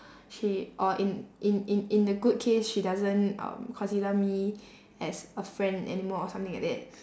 she or in in in in a good case she doesn't um consider me as a friend anymore or something like that